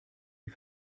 die